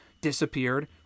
Disappeared